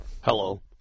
Hello